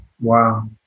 Wow